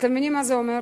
אתם מבינים מה זה אומר?